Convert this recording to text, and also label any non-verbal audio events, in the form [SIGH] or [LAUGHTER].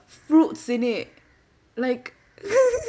fruits in it like [LAUGHS]